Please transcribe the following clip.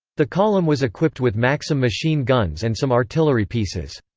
the column was equipped with maxim machine guns and some artillery pieces.